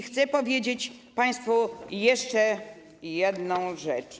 Chcę powiedzieć państwu jeszcze jedną rzecz.